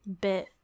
bit